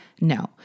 No